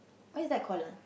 what is that called ah